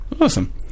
Awesome